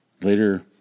later